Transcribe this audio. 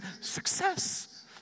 success